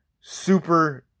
super